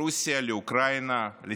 לאוקראינה, לסיביר.